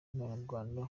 n’abanyarwanda